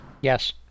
Yes